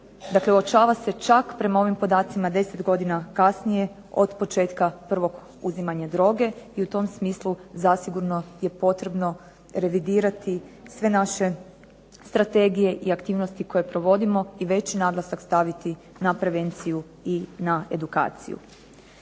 uočava se čak prema ovim podacima 10 godina kasnije od početka prvog uzimanja droge i u tom smislu zasigurno je potrebno revidirati sve naše strategije i aktivnosti koje provodimo i veći naglasak staviti na prevenciju i na edukaciju.